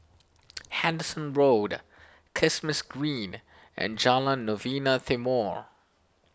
Henderson Road Kismis Green and Jalan Novena Timor